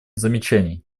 замечаний